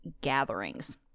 gatherings